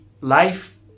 life